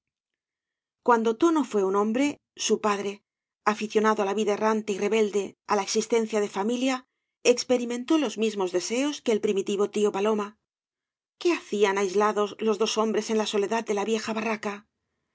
cuando tono fué un hombre su padre aficionado á la vida errante y rebelde á la existencia de familia experimentó los mismos deseos que el primitivo tío paloma qué hacían aislados los dos hombres en la soledad de la vieja barraca